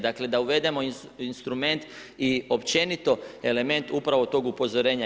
Dakle da uvedemo instrument i općenito element upravo tog upozorenja.